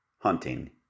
hunting